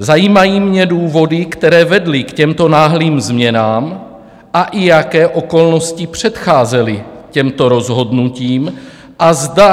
Zajímají mě důvody, které vedly k těmto náhlým změnám, a i jaké okolnosti předcházely těmto rozhodnutím a zda